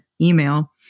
email